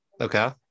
Okay